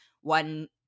one